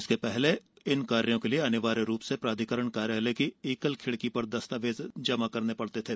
इसके पहले इन कार्यो के लिए अनिवार्य रूप से प्राधिकरण कार्यालय की एकल खिड़की पर दस्तावेज जमा करने पड़ते थे